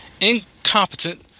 incompetent